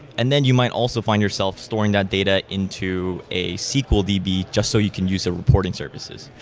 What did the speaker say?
and then you might also find yourself storing the data into a sql db just so you can use a reporting services.